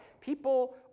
People